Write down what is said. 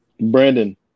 Brandon